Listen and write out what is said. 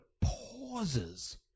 pauses